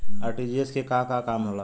RTGS के का काम होला?